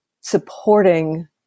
supporting